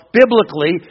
biblically